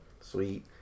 sweet